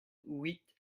huit